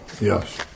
Yes